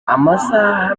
amasaha